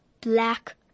black